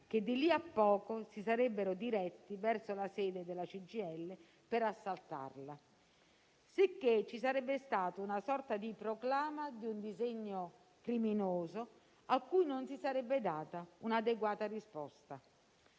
che di lì a poco si sarebbero diretti verso la sede della CGIL per assaltarla, sicché ci sarebbe stata una sorta di proclama di un disegno criminoso a cui non si sarebbe data un'adeguata risposta.